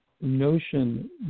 notion